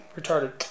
retarded